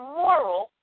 moral